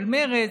של מרצ,